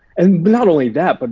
and not only that, but